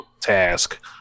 task